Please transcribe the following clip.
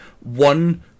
one